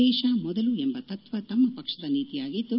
ದೇಶ ಮೊದಲು ಎಂಬ ತತ್ವ ತಮ್ಮ ಪಕ್ಷದ ನೀತಿಯಾಗಿದ್ದು